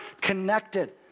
connected